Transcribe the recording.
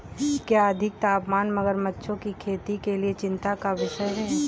क्या अधिक तापमान मगरमच्छों की खेती के लिए चिंता का विषय है?